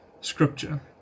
scripture